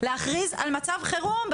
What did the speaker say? להכריז על מצב חירום,